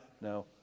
No